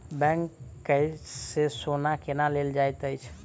bank सँ सोना केना लेल जाइत अछि